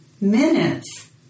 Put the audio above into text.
Minutes